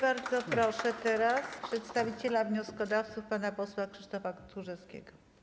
Bardzo proszę teraz przedstawiciela wnioskodawców pana posła Krzysztofa Tchórzewskiego.